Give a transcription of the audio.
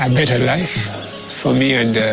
um better life for me and